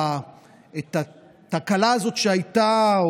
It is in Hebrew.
את התקלה הזאת שהייתה,